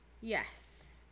Yes